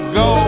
go